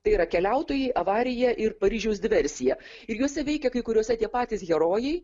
tai yra keliautojai avarija ir paryžiaus diversija ir juose veikia kai kuriuose tie patys herojai